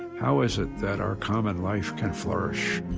how is it that our common life can flourish?